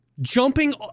jumping